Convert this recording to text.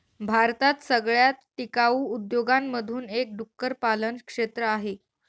भारतात सगळ्यात टिकाऊ उद्योगांमधून एक डुक्कर पालन क्षेत्र आहे